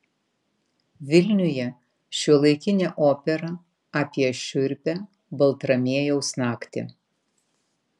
vilniuje šiuolaikinė opera apie šiurpią baltramiejaus naktį